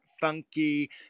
funky